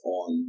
on